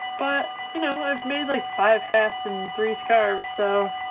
but you know i've made like five hats and three scarves so.